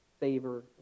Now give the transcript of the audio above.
favor